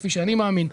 כפי שאני מאמין,